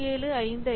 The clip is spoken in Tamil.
375 ஐ 0